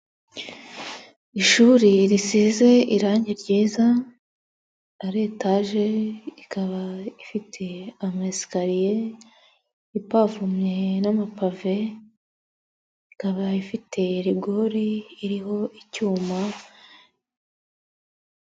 Ishuri risize irangi ryiza ari etaje ikaba ifite amayesikariye, ipavomye n'amapave, ikaba ifite rigorii iriho icyuma.